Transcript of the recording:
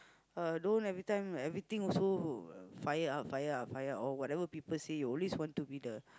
uh don't every time everything also fire up fire up fire up or whatever people say you always want to be the